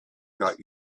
got